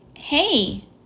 Hey